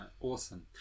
Awesome